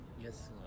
Yes